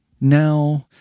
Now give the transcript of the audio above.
now